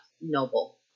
noble